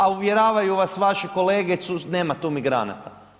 A uvjeravaju vas vaši kolege, nema tu migranata.